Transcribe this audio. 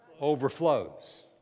overflows